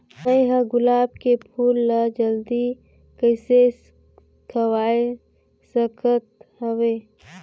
मैं ह गुलाब के फूल ला जल्दी कइसे खवाय सकथ हवे?